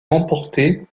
remportée